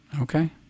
Okay